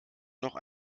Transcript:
noch